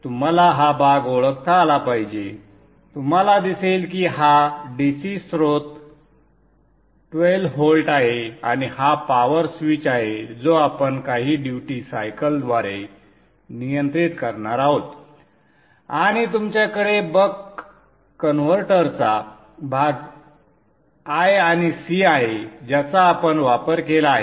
तुम्हाला हा भाग ओळखता आला पाहिजे तुम्हाला दिसेल की हा DC स्त्रोत 12 व्होल्ट आहे आणि हा पॉवर स्विच आहे जो आपण काही ड्युटी सायकलद्वारे नियंत्रित करणार आहोत आणि तुमच्याकडे बक कन्व्हर्टरचा भाग l आणि C आहे ज्याचा आपण वापर केला आहे